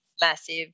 massive